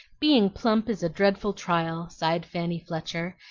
being plump is a dreadful trial, sighed fanny fletcher,